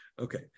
Okay